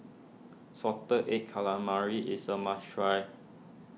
Salted Egg Calamari is a must try